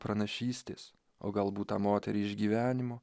pranašystės o galbūt tą moterį iš gyvenimo